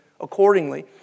accordingly